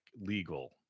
legal